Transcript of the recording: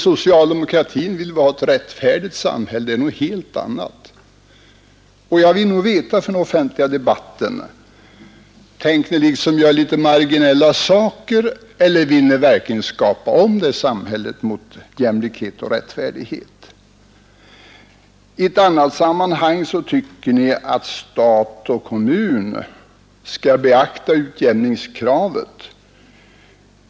Socialdemokratin vill ha ett rättfärdigt samhälle, vilket är något helt annat. För den offentliga debattens skull vill jag nog veta om ni tänker göra en del liksom marginella saker, eller vill ni verkligen skapa om samhället mot jämlikhet och rättfärdighet? I ett annat sammanhang tycker ni att stat och kommun skall beakta utjämningskravet.